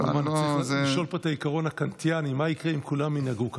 צריך לשאול פה את העיקרון הקאנטיאני: מה יקרה אם כולם ינהגו כך?